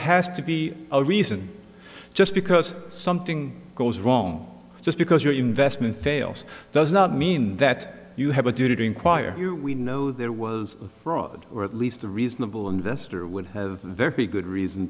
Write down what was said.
has to be a reason just because something goes wrong just because your investment fails does not mean that you have a duty to inquire here we know there was fraud or at least a reasonable investor would have a very good reason